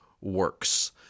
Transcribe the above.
works